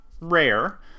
rare